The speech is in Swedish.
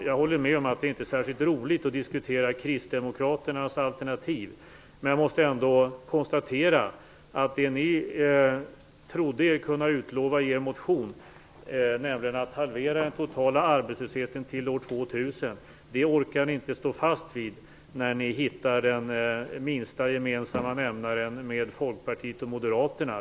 Jag håller med om att det inte är särskilt roligt att diskutera "krisdemokraternas" alternativ, men jag måste ändå konstatera att det ni trodde er kunna utlova i er motion, nämligen att halvera den totala arbetslösheten till år 2000, orkar ni inte stå fast vid när ni hittar den minsta gemensamma nämnaren med Folkpartiet och Moderaterna.